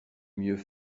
mieux